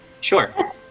Sure